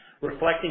reflecting